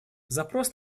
запрос